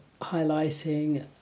highlighting